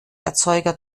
erzeuger